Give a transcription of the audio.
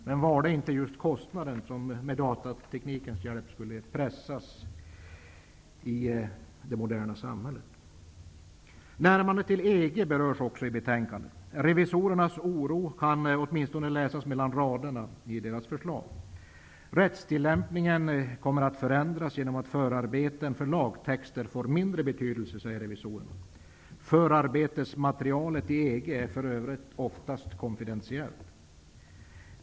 Men var det inte just kostnaderna som med datorteknikens hjälp skulle pressas i det moderna samhället? Närmandet till EG berörs också i betänkandet. Revisorernas oro kan åtminstone läsas mellan raderna i deras förslag. Rättstillämpningen kommer att förändras genom att förarbeten för lagtexter får mindre betydelse, säger revisorerna. Förarbetesmaterialet i EG är för övrigt oftast konfidentiellt.